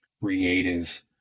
creative